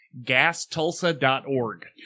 gastulsa.org